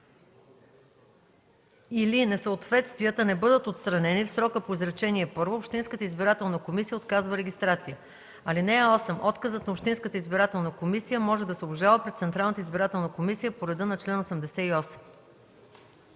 или несъответствията не бъдат отстранени в срока по изречение първо, общинската избирателна комисия отказва регистрация. (8) Отказът на общинската избирателна комисия може да се обжалва пред Централната избирателна комисия по реда на чл. 88.